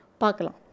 pakala